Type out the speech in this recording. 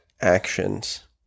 actions